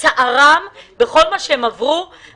תעזבו את הוויכוחים הפוליטיים ותביאו רק את אשקלון.